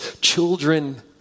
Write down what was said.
children